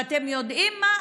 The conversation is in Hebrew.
ואתם יודעים מה?